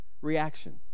reaction